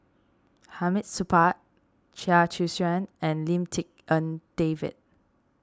Hamid Supaat Chia Choo Suan and Lim Tik En David